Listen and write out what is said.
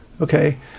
Okay